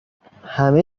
همه